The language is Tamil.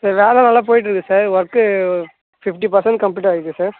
சார் வேலயெலாம் நல்லா போயிட்டிருக்கு sir work fifty percent complete ஆகிருக்கு சார்